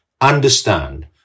understand